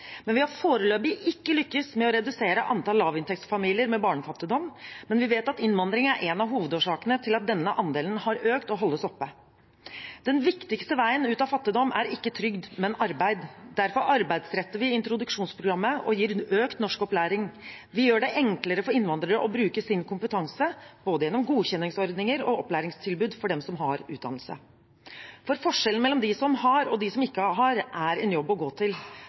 Vi har foreløpig ikke lyktes med å redusere antall lavinntektsfamilier med barnefattigdom, men vi vet at innvandring er en av hovedårsakene til at denne andelen har økt og holdes oppe. Den viktigste veien ut av fattigdom er ikke trygd, men arbeid. Derfor arbeidsretter vi introduksjonsprogrammet og gir økt norskopplæring. Vi gjør det enklere for innvandrere å bruke sin kompetanse, gjennom både godkjenningsordninger og opplæringstilbud for dem som har utdannelse. Forskjellen mellom dem som har og dem som ikke har, er en jobb å gå til. Da må vi også sørge for god næringspolitikk som skaper lønnsomme arbeidsplasser til